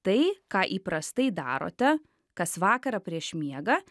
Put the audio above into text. tai ką įprastai darote kas vakarą prieš miegą